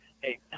hey